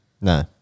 No